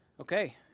Okay